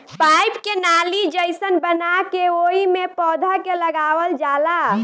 pipe के नाली जइसन बना के ओइमे पौधा के लगावल जाला